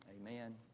Amen